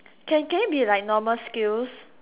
can can it be like normal skills